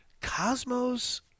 Cosmo's